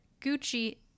Gucci